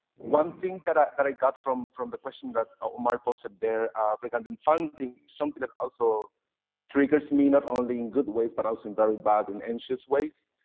one thing that i that i got from from the question that omar posted there regarding funding, something that also triggers me not only in good ways but also in very bad and anxious ways.